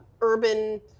urban